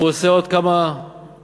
הוא עושה עוד כמה פעולות